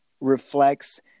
reflects